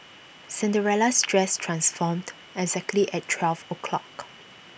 Cinderella's dress transformed exactly at twelve o'clock